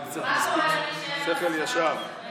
צריך שכל ישר.